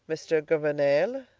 mr. gouvernail,